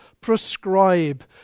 prescribe